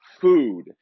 food